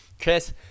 Chris